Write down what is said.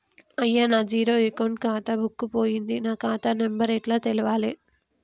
అయ్యా నా zero account ఖాతా బుక్కు పోయింది నా ఖాతా నెంబరు ఎట్ల తెలవాలే?